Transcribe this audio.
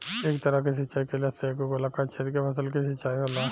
एह तरह के सिचाई कईला से एगो गोलाकार क्षेत्र के फसल के सिंचाई होला